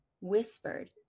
whispered